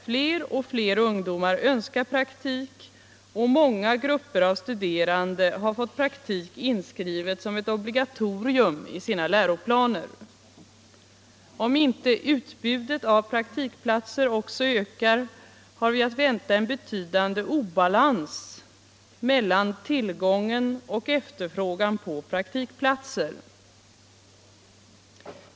Fler och fler ungdomar önskar praktik, och många grupper av studerande har fått praktik inskrivet som ett obligatorium i sina läroplaner. Om inte utbudet av praktikplatser också ökar har vi att vänta en betydande obalans mellan tillgången och efterfrågan på praktikplatser.